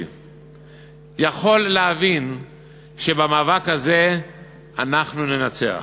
יכול להבין שבמאבק הזה אנחנו ננצח.